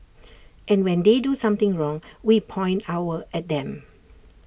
and when they do something wrong we point our at them